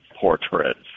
portraits